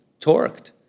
torqued